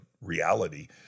reality